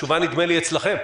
נדמה לי שהתשובה אצלכם.